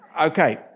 Okay